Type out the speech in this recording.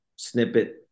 snippet